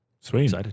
Sweet